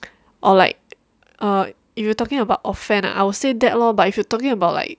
or like err if you are talking about offend I would say that lor but if you talking about like